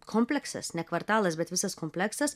kompleksas ne kvartalas bet visas kompleksas